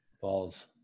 Balls